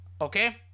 Okay